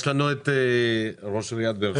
יש לנו את ראש עיריית באר שבע?